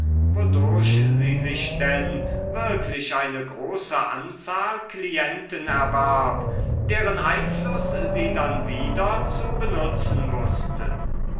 wodurch sie sich denn wirklich eine große anzahl klienten erwarb deren einfluß sie dann wieder zu benutzen wußte